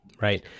right